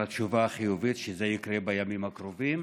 על התשובה החיובית שזה יקרה בימים הקרובים.